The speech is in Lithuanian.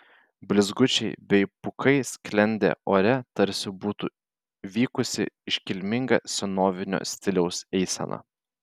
blizgučiai bei pūkai sklendė ore tarsi būtų vykusi iškilminga senovinio stiliaus eisena